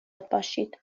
باشید